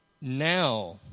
Now